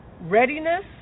readiness